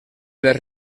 les